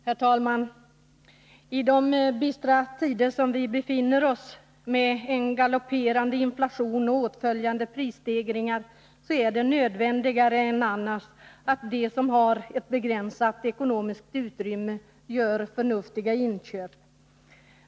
Herr talman! I de bistra tider som vi befinner oss i, med en galopperande inflation med åtföljande prisstegringar, är det nödvändigare än annars att de som har ett begränsat ekonomiskt utrymme gör förnuftiga inköp.